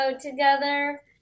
together